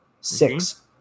Six